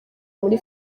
muri